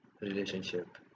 relationship